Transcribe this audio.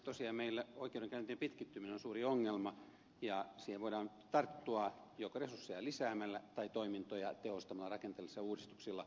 tosiaan meillä oikeudenkäyntien pitkittyminen on suuri ongelma ja siihen voidaan tarttua joko resursseja lisäämällä tai toimintoja tehostamalla rakenteellisilla uudistuksilla